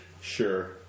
Sure